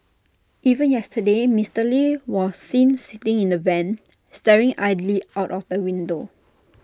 even yesterday Mister lee was seen sitting in the van staring idly out of the window